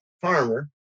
farmer